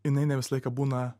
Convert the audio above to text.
jinai ne visą laiką būna